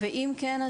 ואם כן,